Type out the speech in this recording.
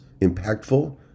impactful